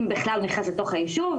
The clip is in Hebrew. אם בכלל הוא נכנס לתוך היישוב,